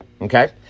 Okay